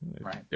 Right